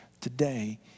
today